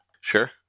Sure